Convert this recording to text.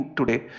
today